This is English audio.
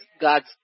God's